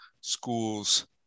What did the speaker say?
schools